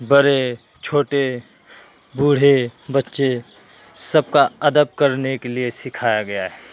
بڑے چھوٹے بوڑھے بچے سب کا ادب کرنے کے لیے سکھایا گیا ہے